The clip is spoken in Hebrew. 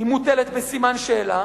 מוטלת בסימן שאלה.